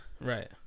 Right